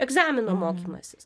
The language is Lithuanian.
egzamino mokymasis